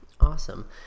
Awesome